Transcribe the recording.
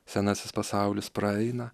senasis pasaulis praeina